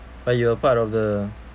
but you're part of the